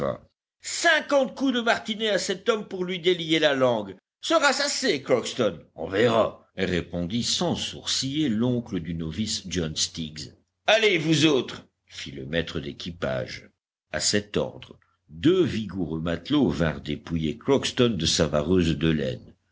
cinquante coups de martinet à cet homme pour lui délier la langue sera-ce assez crockston on verra répondit sans sourciller l'oncle du novice john stiggs allez vous autres fit le maître d'équipage a cet ordre deux vigoureux matelots vinrent dépouiller crockston de sa vareuse de laine